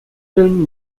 film